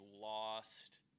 lost